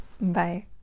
Bye